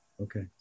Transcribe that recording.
okay